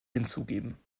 hinzugeben